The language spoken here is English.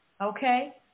Okay